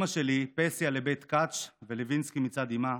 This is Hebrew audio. אימא שלי, פסיה לבית קץ' ולוינסקי מצד אימה,